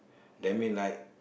that mean like